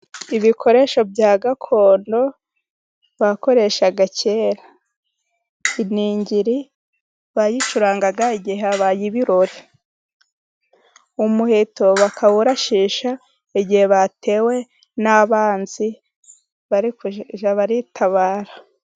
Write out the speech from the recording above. Ibikoresho bya gakondo bakoreshaga kera, iningiri bayicurangaga igihe habaye ibirori, umuheto bakawurashisha igihe batewe n'abanzi bari kujya baritabara.